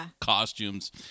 costumes